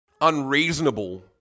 unreasonable